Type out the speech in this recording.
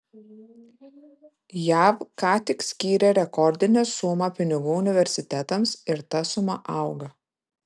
jav ką tik skyrė rekordinę sumą pinigų universitetams ir ta suma auga